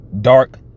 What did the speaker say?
dark